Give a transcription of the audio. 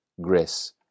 grace